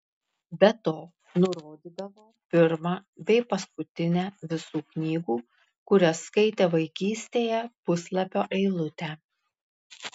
be to nurodydavo pirmą bei paskutinę visų knygų kurias skaitė vaikystėje puslapio eilutę